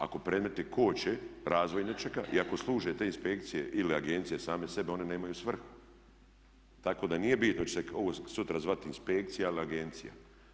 Ako predmeti koče razvoj nečega i ako služe te inspekcije ili agencije same sebi one nemaju svrhu, tako da nije bitno hoće li se ovo sutra zvati inspekcija ili agencija.